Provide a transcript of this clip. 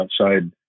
outside